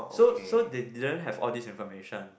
so so they didn't have all this information